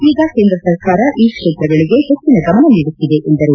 ಈಗ ಕೇಂದ್ರ ಸರ್ಕಾರ ಈ ಕ್ಷೇತ್ರಗಳಿಗೆ ಹೆಚ್ಚಿನ ಗಮನ ನೀಡುತ್ತಿದೆ ಎಂದರು